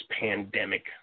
pandemic